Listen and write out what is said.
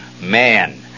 Man